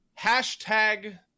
hashtag